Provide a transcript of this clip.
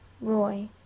Roy